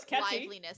liveliness